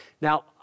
Now